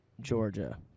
Georgia